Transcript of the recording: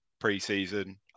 pre-season